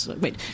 Wait